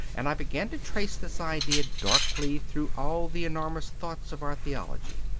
and i began to trace this idea darkly through all the enormous thoughts of our theology.